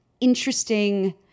interesting